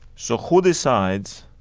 so who decides